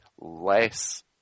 less